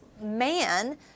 man